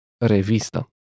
Revista